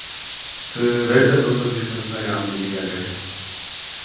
تہٕ vegetable through تہِ چھِ گژھان سٲنۍ آمدٕنی جنریٹ